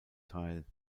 teil